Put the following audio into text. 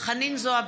חנין זועבי,